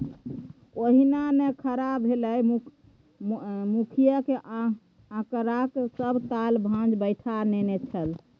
ओहिना नै खड़ा भेलै मुखिय मे आंकड़ाक सभ ताल भांज बैठा नेने छल